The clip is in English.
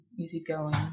Easygoing